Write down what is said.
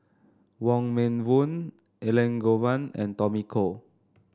Wong Meng Voon Elangovan and Tommy Koh